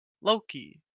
Loki